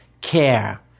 care